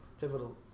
pivotal